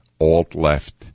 alt-left